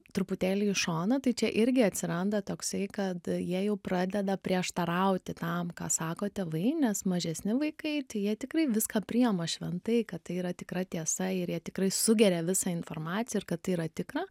truputėlį į šoną tai čia irgi atsiranda toksai kad jie jau pradeda prieštarauti tam ką sako tėvai nes mažesni vaikai tai jie tikrai viską priima šventai kad tai yra tikra tiesa ir jie tikrai sugeria visą informaciją ir kad tai yra tikra